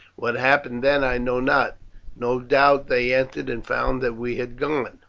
what happened then i know not no doubt they entered and found that we had gone.